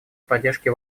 поддержке